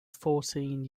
fourteen